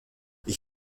ich